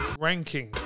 Ranking